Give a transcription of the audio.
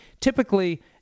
typically